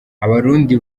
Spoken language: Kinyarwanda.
abarundi